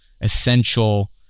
essential